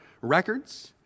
records